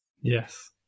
Yes